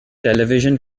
television